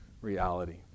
reality